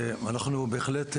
אנחנו, בהחלט,